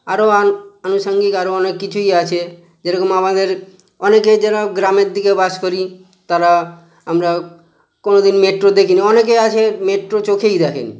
আরো আন আনুষাঙ্গিক আরো অনেক কিছুই আছে যেরকম আমাদের অনেকেই যারা গ্রামের দিকে বাস করি তারা আমরা কোনো দিন মেট্রো দেখি নি অনেকে আছে মেট্রো চোখেই দেখে নি